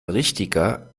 richtiger